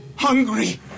Hungry